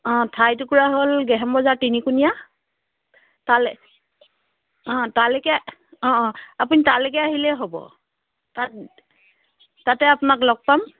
অঁ ঠাই টুকুৰা হ'ল গেহেম বজাৰ তিনিকোণীয়া তালৈ অঁ তালৈকে অঁ অঁ আপুনি তালৈকে আহিলেই হ'ব তাত তাতে আপোনাক লগ পাম